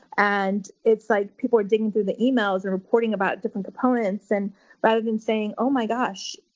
and it's like people are digging through the emails or reporting about different opponents and rather than saying, oh my gosh,